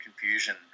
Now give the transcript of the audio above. confusion